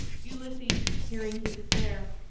ulysses, hearing he was there,